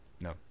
No